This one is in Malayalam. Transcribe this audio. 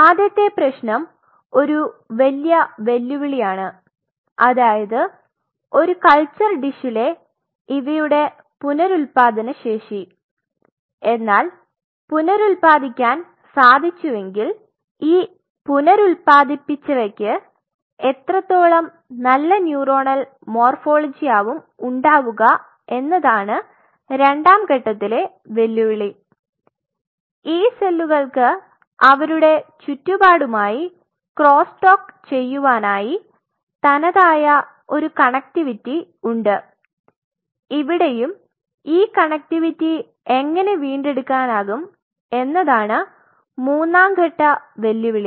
ആദ്യത്തെ പ്രെശ്നം ഒരു വല്യ വെല്ലുവിളിയാണ് അതായത് ഒരു കൾച്ചർ ഡിഷിലെ ഇവയുടെ പുനരുത്പാദനശേഷി എന്നാൽ പുനരുല്പാദിപ്പിക്കാൻ സാധിച്ചുവെങ്കിൽ ഈ പുനരുല്പാധിച്ചവക്ക് എത്രത്തോളം നല്ല ന്യൂറോണൽ മോർഫോളോഗിയാവും ഉണ്ടാവുക എന്നതാണ് രണ്ടാം ഘട്ടത്തിലെ വെല്ലുവിളി ഈ സെല്ലുകൾക് അവരുടെ ചുറ്റുപാടുമായി ക്രോസ്സ് ടോക്ക് ചെയുവാനായി തനതായ ഒരു കണക്റ്റിവിറ്റി ഉണ്ട് ഇവിടെയും ഈ കണക്റ്റിവിറ്റി എങ്ങനെ വീണ്ടെടുക്കാനാകും എന്നതാണ് മൂന്നാം ഘട്ട വെല്ലുവിളി